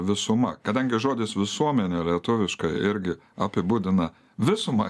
visuma kadangi žodis visuomenė lietuviškai irgi apibūdina visumą